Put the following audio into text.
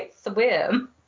swim